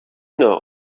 know